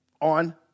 on